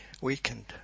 weakened